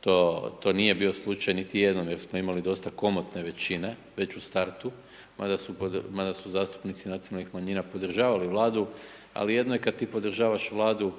to, to nije bio slučaj niti jednom, jer smo imali dosta komotne većine već u startu, mada su zastupnici nacionalnih manjina podržavali Vladu, ali jedno je kada ti podržavaš Vladu,